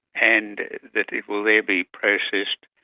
and it will there be processed.